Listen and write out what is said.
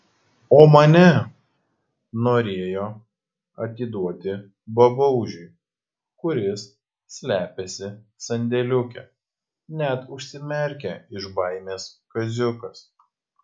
o mane norėjo atiduoti babaužiui kuris slepiasi sandėliuke net užsimerkė iš baimės kaziukas